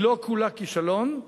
היא לא כולה כישלון,